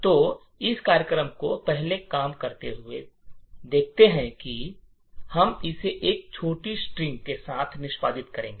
तो इस कार्यक्रम को पहले काम करते हुए देखें इसलिए हम इसे एक छोटी स्ट्रिंग के साथ निष्पादित करेंगे